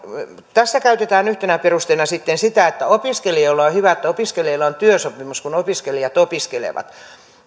tässä käytetään yhtenä perusteena sitten sitä että on on hyvä että opiskelijoilla on työsopimus kun opiskelijat opiskelevat